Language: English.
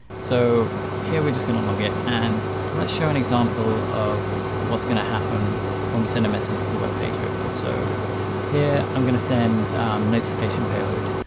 so here we're just going to log it. and let's show an example of what's going to happen when we send a message with the web page open. so here i'm going to send notification payload.